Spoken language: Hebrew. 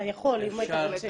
אתה יכול אם אתה רוצה.